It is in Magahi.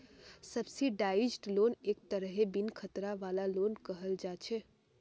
सब्सिडाइज्ड लोन एक तरहेर बिन खतरा वाला लोन कहल जा छे